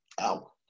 Ow